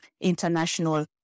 international